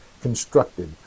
constructed